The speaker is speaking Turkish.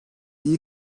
iyi